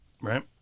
right